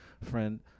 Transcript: friend